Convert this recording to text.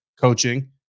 coaching